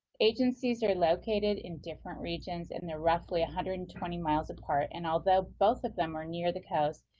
agencies are located in different regions and they are roughly one ah hundred and twenty miles apart, and although both of them are near the coast,